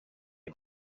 the